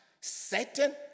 Satan